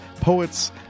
poets